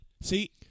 See